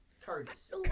Curtis